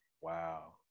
Wow